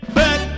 back